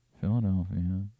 Philadelphia